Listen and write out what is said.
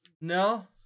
no